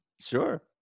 Sure